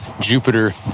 Jupiter